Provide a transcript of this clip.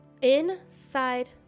inside